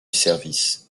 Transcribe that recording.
service